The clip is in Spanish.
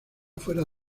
fuera